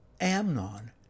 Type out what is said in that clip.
Amnon